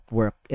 work